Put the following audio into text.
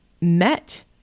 met